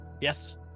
Yes